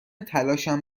تلاشم